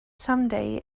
someday